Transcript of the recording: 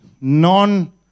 non